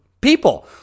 people